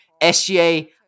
SGA